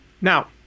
Now –